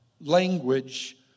language